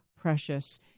precious